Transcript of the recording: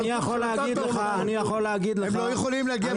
הם לא יכולים להגיע.